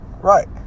right